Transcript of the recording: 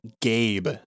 Gabe